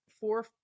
four